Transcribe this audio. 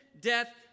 death